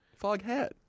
Foghat